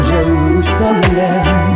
Jerusalem